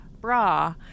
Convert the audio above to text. bra